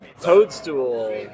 Toadstool